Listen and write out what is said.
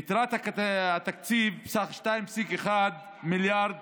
יתרת התקציב, בסך 2.1 מיליארד,